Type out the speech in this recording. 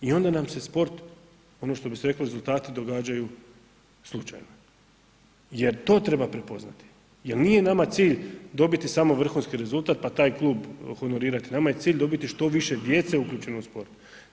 I onda nam se sport, ono što bi se reklo rezultati događaju slučajno, jer to treba prepoznati jel nije nama cilj dobiti samo vrhunski rezultat pa taj klub honorirati, nama je cilj dobiti što više djece uključeno u sport.